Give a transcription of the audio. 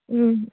ও